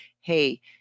hey